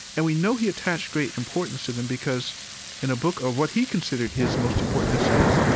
and we know he attached great importance to them because in a book of what he considered his most important essays,